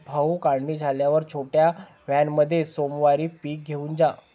भाऊ, काढणी झाल्यावर छोट्या व्हॅनमध्ये सोमवारी पीक घेऊन जा